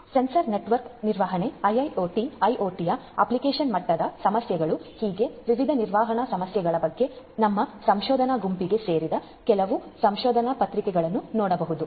sensor network ನಿರ್ವಹಣೆ IIoT IoT ಯ application ಮಟ್ಟದ ಸಮಸ್ಯೆಗಳು ಹೀಗೆ ವಿವಿಧ ನಿರ್ವಹಣಾ ಸಮಸ್ಯೆಗಳ ಬಗ್ಗೆ ನಮ್ಮ ಸಂಶೋಧನಾ ಗುಂಪಿಗೆ ಸೇರಿದ ಕೆಲವು ಸಂಶೋಧನಾ ಪತ್ರಿಕೆಗಳನ್ನು ನೋಡಬಹುದು